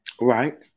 right